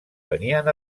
venien